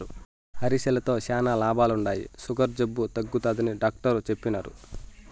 అరికెలతో శానా లాభాలుండాయి, సుగర్ జబ్బు తగ్గుతాదని డాట్టరు చెప్పిన్నారు